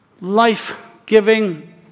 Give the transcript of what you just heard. life-giving